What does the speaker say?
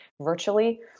virtually